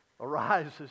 arises